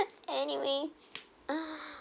anyway ah